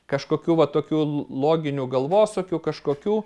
kažkokių va tokių l loginių galvosūkių kažkokių